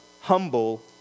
humble